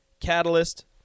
Catalyst